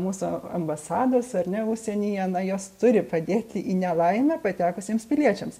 mūsų ambasados ar ne užsienyje jos turi padėti į nelaimę patekusiems piliečiams